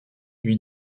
lui